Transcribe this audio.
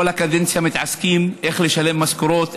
כל הקדנציה מתעסקים איך לשלם משכורות,